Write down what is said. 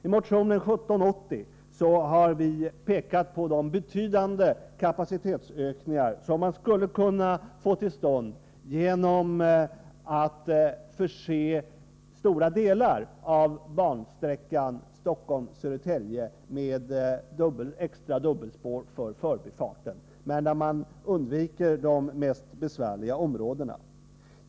I motion 1780 har vi pekat på de betydande kapacitetsökningar som man skulle kunna få till stånd genom att förse stora delar av bansträckan Stockholm-Södertälje med extra dubbelspår för förbifarter men där man undviker de mest besvärliga områdena.